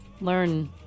learn